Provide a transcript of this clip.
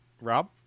Rob